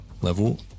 Level